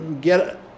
get